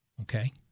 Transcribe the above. Okay